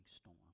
storm